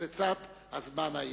בפצצת הזמן האירנית.